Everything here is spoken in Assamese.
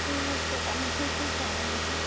মই পকা মিঠৈটো পোৱা নাই নহয়